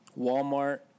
Walmart